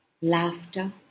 laughter